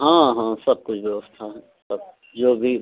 हाँ हाँ सब कुछ व्यवस्था है सब जो भी